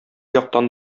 яктан